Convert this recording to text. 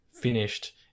finished